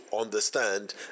understand